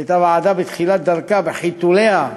שהייתה ועדה בתחילת דרכה, בחיתוליה.